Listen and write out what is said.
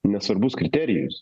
nesvarbus kriterijus